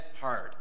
hard